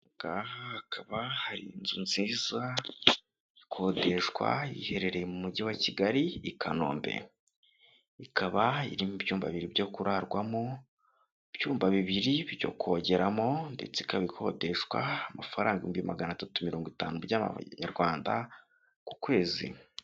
Aha ngaha hakaba hari inzu nziza ikodeshwa iherereye mu mujyi wa Kigali i Kanombe ikaba irimo ibyumba bibiri byo kurarwamo, ibyumba bibiri byo kongeramo, ndetse ikabikodeshwa amafaranga ibihumbi magana atatu mirongo itanu by'amanyarwanda ku kwezi.